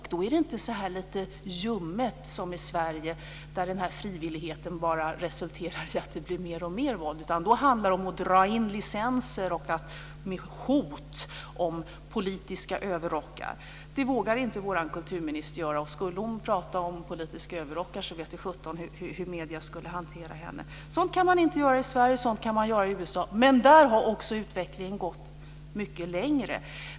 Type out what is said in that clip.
Då är det inte lite ljummet som i Sverige, där frivilligheten bara resulterar i att det blir mer och mer våld. Då handlar det om att dra in licenser och om hot om politiska överrockar. Det vågar inte vår kulturminister göra. Skulle hon prata om politiska överrockar vet i sjutton hur medierna skulle hantera henne. Sådant kan man inte göra i Sverige. Sådant kan man göra i USA. Men där har också utvecklingen gått mycket längre.